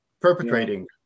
perpetrating